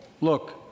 Look